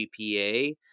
GPA